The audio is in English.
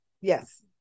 Yes